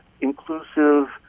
inclusive